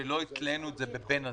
שלא התנינו את זה בבן הזוג.